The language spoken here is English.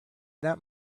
that